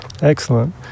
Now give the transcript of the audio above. Excellent